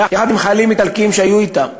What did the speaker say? יחד עם חיילים איטלקים שהיו אתם,